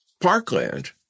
parkland